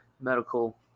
medical –